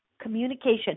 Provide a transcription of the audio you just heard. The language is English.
communication